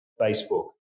Facebook